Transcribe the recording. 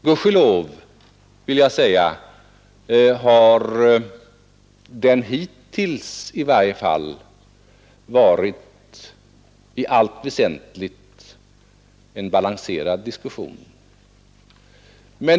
Gudskelov, vill jag säga, har det hittills i varje fall i allt väsentligt varit en balanserad diskussion.